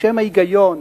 בשם ההיגיון,